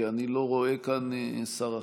כי אני לא רואה כאן שר אחר.